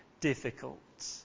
difficult